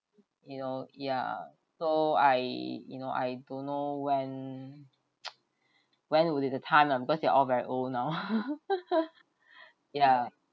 you know ya so I you know I don't know when when will be the time lah because they are all very old now yeah